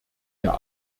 der